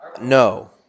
No